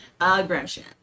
Aggression